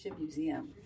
Museum